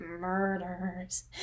murders